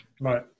Right